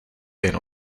jen